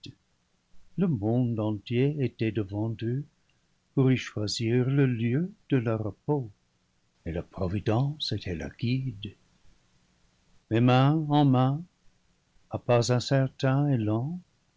le monde entier était devant eux pour y choisir le lieu de leur repos et la providence était leur guide mais main en main à pas incertains et lents